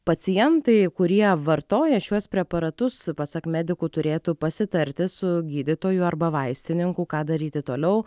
pacientai kurie vartoja šiuos preparatus pasak medikų turėtų pasitarti su gydytoju arba vaistininku ką daryti toliau